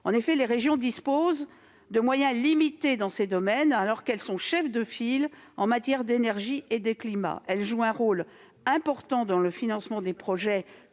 En effet, les régions disposent de moyens limités dans ces domaines, alors qu'elles sont chefs de file en matière d'énergie et de climat. Elles jouent un rôle important dans le financement des projets